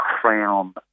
Crown